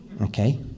okay